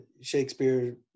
Shakespeare